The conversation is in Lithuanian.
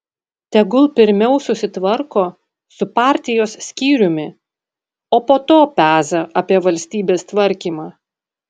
tegul pirmiau susitvarko su partijos skyriumi o po to peza apie valstybės tvarkymą